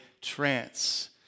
trance